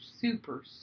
super